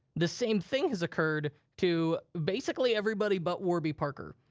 the same thing has occurred to basically everybody but warby parker.